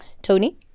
Tony